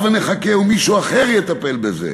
הבה נחכה ומישהו אחר יטפל בזה.